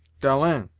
dalens!